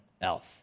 else